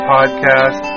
Podcast